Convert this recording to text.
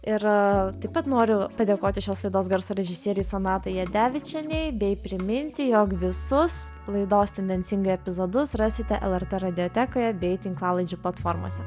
ir taip pat noriu padėkoti šios laidos garso režisierei sonatai jadevičienei bei priminti jog visus laidos tendencingai epizodus rasite lrt radiotekoje bei tinklalaidžių platformose